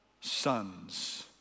sons